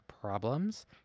problems